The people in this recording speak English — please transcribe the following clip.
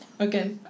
Okay